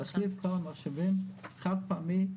להחליף את כל המחשבים חד פעמי,